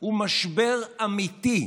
הוא משבר אמיתי,